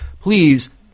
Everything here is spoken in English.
please